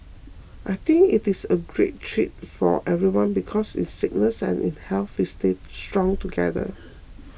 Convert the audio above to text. I think it is a great treat for everyone because in sickness and in health we stay strong together